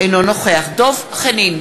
אינו נוכח דב חנין,